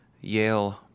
Yale